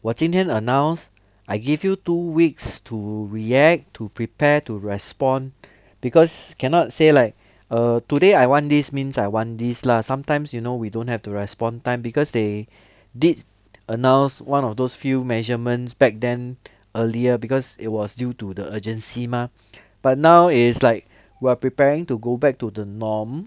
我今天 announce I give you two weeks to react to prepare to respond because cannot say like err today I want this means I want this lah sometimes you know we don't have to respond time because they did announce one of those few measurements back then earlier because it was due to the urgency mah but now is like while preparing to go back to the norm